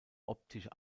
optische